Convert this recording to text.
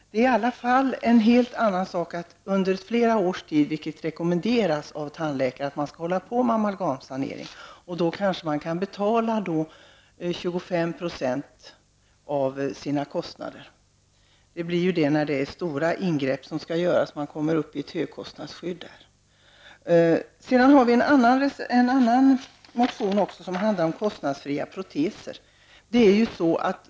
Det blir ju en helt annan sak att få behandling under flera års tid, vilket rekommenderas av tandläkare för amalgamsanering. Då kanske man kan betala 25 % av sina kostnader. När det är stora ingrepp som skall göras kommer man ju upp i ett högkostnadsskydd. En annan motion handlar om kostnadsfria proteser.